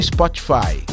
Spotify